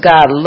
God